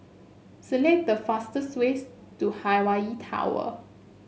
select the fastest ways to Hawaii Tower